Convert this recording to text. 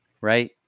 Right